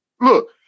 Look